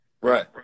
right